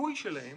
הסיכוי שלהם